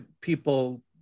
people